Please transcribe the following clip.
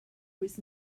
was